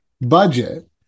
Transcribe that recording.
budget